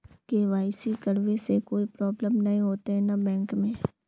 KYC करबे से कोई प्रॉब्लम नय होते न बैंक में?